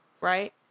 right